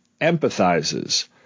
empathizes